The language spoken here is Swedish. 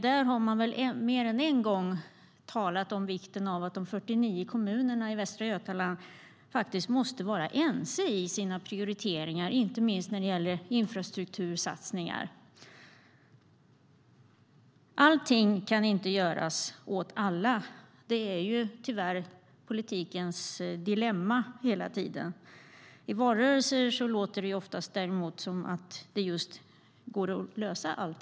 Där har man mer än en gång talat om vikten av att de 49 kommunerna i Västra Götaland måste vara ense i sina prioriteringar, inte minst när det gäller infrastruktursatsningar. Allting kan inte göras åt alla. Det är tyvärr politikens dilemma hela tiden. I valrörelser låter det däremot oftast som att allting går att lösas åt alla.